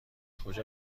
کجا